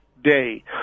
day